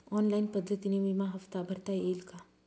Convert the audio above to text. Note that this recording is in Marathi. ऑनलाईन पद्धतीने विमा हफ्ता भरता येईल का?